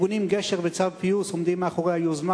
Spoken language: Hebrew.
הארגונים "גשר" ו"צו פיוס" עומדים מאחורי היוזמה